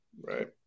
Right